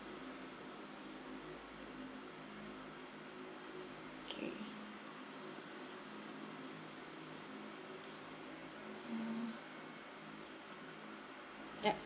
okay mm yup